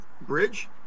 Bridge